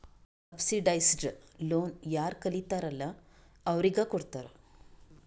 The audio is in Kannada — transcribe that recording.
ಸಬ್ಸಿಡೈಸ್ಡ್ ಲೋನ್ ಯಾರ್ ಕಲಿತಾರ್ ಅಲ್ಲಾ ಅವ್ರಿಗ ಕೊಡ್ತಾರ್